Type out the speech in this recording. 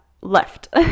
left